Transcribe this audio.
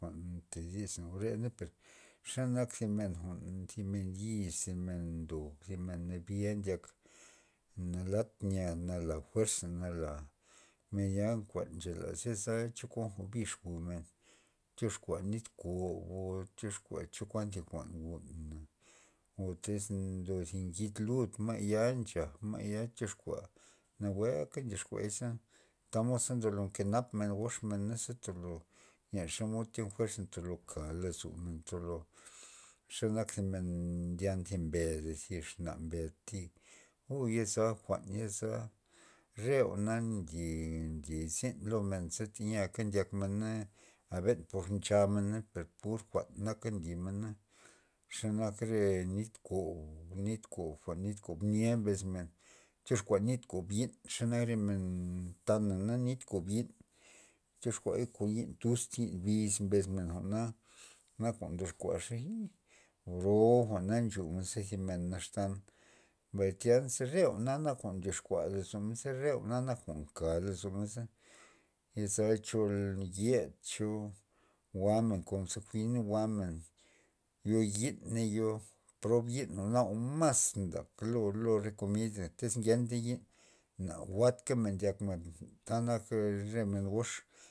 Jwa'n to disna jwa'rena per xenak zi men jwa'n thi men yiz thi men ndob thi men nadya ndyak, nalat nya nalat fuerzla nala menya nkuan jwa'n nchelaz cho kuan jwa'n bix jwu'men tyoxkua nit kob o tyoxkua chokuan zo thi kuan jwa'n jwu o tyz ndo thi ngid lud na la ya nchaj ma'ya ma'yatyoxkua nawueka ndyoxkuay tamod ze lo ndo kenap men goxmen tolo nya xomod yo fuerz men mka lozomen tolor xe nak thi men ndyan thi mbeda thi exna mbed o yeza jwa'n o yeza re jwa'na nlylizin jwa'na teyia na ndyak men a ben por nchamena pur jwa'n naka limena xenak re nit kob nit o kob jwa'n nya bes men tyoxkua nit kob yi'n xenak re men ntana na niy kob yi'n tyoxkuay kon yi'n yi'n biz thi men jwa'na nak jwa'n ndyoxkua xey oo bro jwa'na ncho thi men naxtan mbay tya re jwa'na nak jwa'n ndyoxkua lozo men jwa'na nka lozomen za yazal cho yed cho jwa'men na jwa'men yo yi'na yo jwa'na mas ndab lo re komida iz ngenta yi'n na jwa'nkamen ndyak jwa'n tak na re men gox.